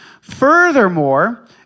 Furthermore